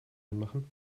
anmachen